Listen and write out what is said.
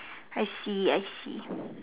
I see I see